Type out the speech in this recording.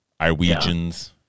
Iwegians